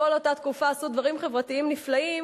כל אותה תקופה עשו דברים חברתיים נפלאים,